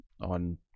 on